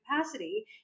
capacity